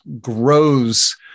grows